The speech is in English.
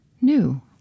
new